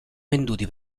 venduti